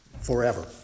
forever